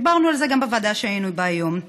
דיברנו על זה גם בוועדה שהיינו בה היום,